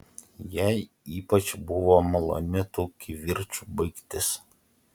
jai ypač buvo maloni tų kivirčų baigtis